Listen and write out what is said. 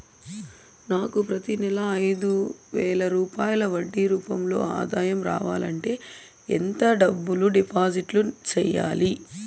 నాకు ప్రతి నెల ఐదు వేల రూపాయలు వడ్డీ రూపం లో ఆదాయం రావాలంటే ఎంత డబ్బులు డిపాజిట్లు సెయ్యాలి?